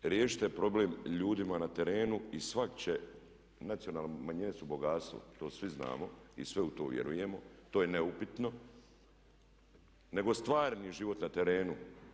Riješite problem ljudima na terenu i svak' će, nacionalne manjine su bogatstvo, to svi znamo i svi u to vjerujemo, to je neupitno, nego stvarni život na terenu.